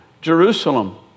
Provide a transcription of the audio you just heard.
Jerusalem